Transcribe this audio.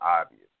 obvious